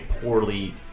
poorly